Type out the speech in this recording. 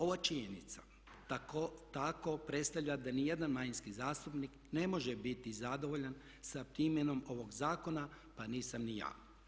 Ova činjenica tako predstavlja da ni jedan manjinski zastupnik ne može biti zadovoljan sa primjenom ovog zakona, pa nisam ni ja.